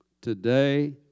Today